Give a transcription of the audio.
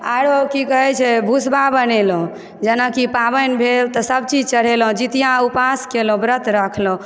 आओरो कि कहय छै भुसवा बनेलहुँ जेनाकि पाबनि भेल तऽ सभ चीज चढ़ेलहुँ जीतिआ उपास केलहुँ व्रत राखलहुँ